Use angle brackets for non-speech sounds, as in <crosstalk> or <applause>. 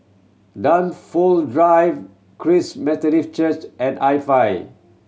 Dunfold Drive Christ Methodist Church and <unintelligible>